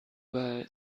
were